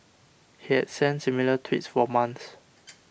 he has sent similar tweets for months